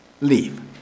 leave